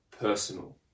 personal